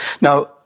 Now